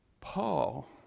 Paul